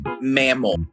mammal